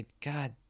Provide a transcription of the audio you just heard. God